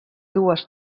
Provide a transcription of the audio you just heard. dues